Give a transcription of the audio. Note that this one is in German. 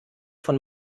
von